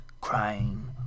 crying